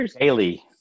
daily